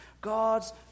God's